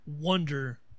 wonder